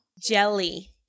jelly